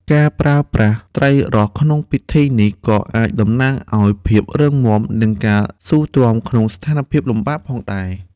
ការប្រើប្រាស់ត្រីរ៉ស់ក្នុងពិធីនេះ ក៏អាចតំណាងឱ្យភាពរឹងមាំ និងការស៊ូទ្រាំក្នុងស្ថានភាពលំបាកផងដែរ។